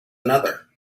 another